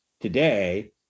today